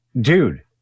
dude